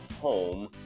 home